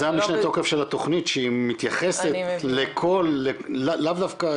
זה המשנה תוקף של התוכנית שהיא מתייחסת לאו דווקא,